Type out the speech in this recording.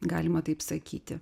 galima taip sakyti